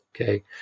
okay